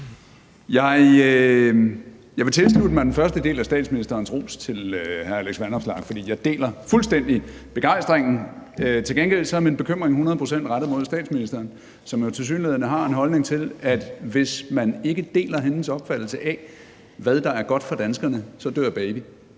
Jeg vil tilslutte mig den første del af statsministerens ros til hr. Alex Vanopslagh, for jeg deler fuldstændig begejstringen. Til gengæld er min bekymring hundrede procent rettet mod statsministeren, som jo tilsyneladende har en holdning om, at hvis man ikke deler hendes opfattelse af, hvad der er godt for danskerne, så dør baby.